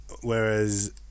Whereas